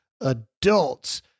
adults